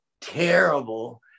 terrible